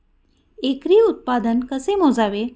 एकरी उत्पादन कसे मोजावे?